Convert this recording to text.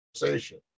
conversation